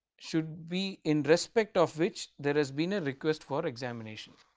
should be in respect of which there has been a request for examination.